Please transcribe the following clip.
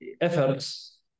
efforts